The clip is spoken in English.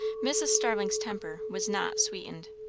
mrs. starling's temper was not sweetened.